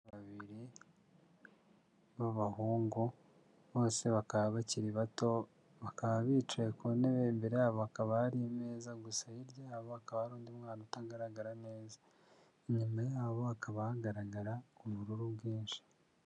Aba babiri b'abahungu bose bakaba bakiri bato bakaba bicaye ku ntebe imbere yabo bakaba ari meza gusa hiryabo akaba ari undi mwana utagaragara neza inyuma yabo hakaba hagaragara ubururu bwinshi.